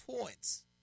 points